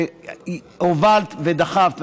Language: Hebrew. שהובלת ודחפת,